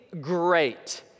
great